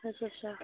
अच्छा अच्छा